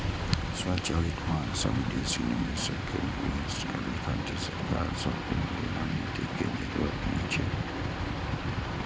स्वचालित मार्ग सं विदेशी निवेशक कें निवेश करै खातिर सरकार सं पूर्व अनुमति के जरूरत नै छै